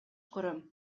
көрөм